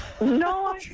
No